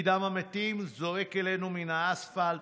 דם המתים זועק אלינו מן האספלט,